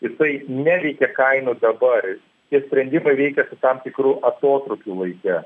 jisai neveikia kainų dabar tie sprendimai veikia su tam tikru atotrūkiu laike